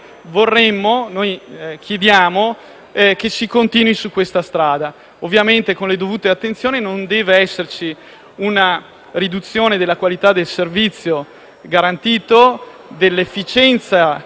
di continuare su questa strada, ovviamente con le dovute attenzioni. Non deve esserci una riduzione della qualità del servizio garantito, dell'efficienza e dell'efficacia dell'attività legislativa.